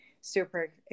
super